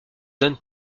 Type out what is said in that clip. donne